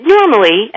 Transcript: Normally